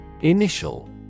Initial